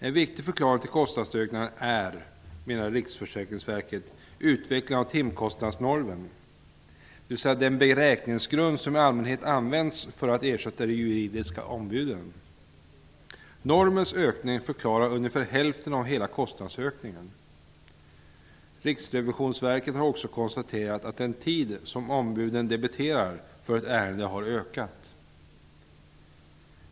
En viktig förklaring till kostnadsökningarna är, menar Riksrevisionsverket, utvecklingen av timkostnadsnormen, dvs. den beräkningsgrund som i allmänhet används för ersättningen till de juridiska ombuden. Normens ökning förklarar ungefär hälften av hela kostnadsökningen. Riksrevisionsverket har också konstaterat att den tid som ombuden debiterar för ett ärende har ökat.